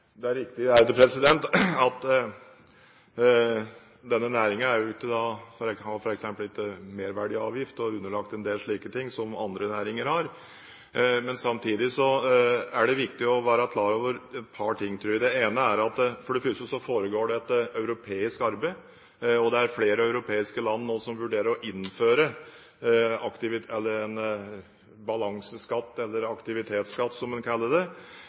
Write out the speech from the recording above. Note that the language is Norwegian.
Det er riktig at denne næringen f.eks. ikke har merverdiavgift og ikke er underlagt en del slike ting som andre næringer er. Men samtidig er det viktig å være klar over et par ting. For det første foregår det et europeisk arbeid. Det er nå flere europeiske land som vurderer å innføre en balanseskatt, eller aktivitetsskatt, som en kaller det.